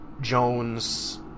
jones